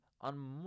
on